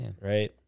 right